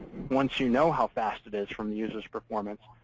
once you know how fast it is from the user's performance,